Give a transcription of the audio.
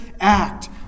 act